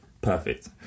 Perfect